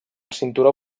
cinturó